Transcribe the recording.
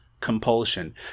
compulsion